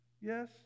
Yes